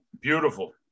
beautiful